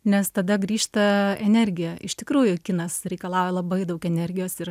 nes tada grįžta energija iš tikrųjų kinas reikalauja labai daug energijos ir